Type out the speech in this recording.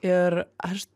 ir aš